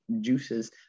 juices